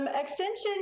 Extension